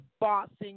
bossing